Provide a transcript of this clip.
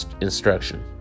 instruction